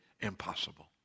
impossible